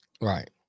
Right